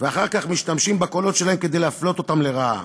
ואחר כך משתמשים בקולות שלהם כדי להפלות אותם לרעה.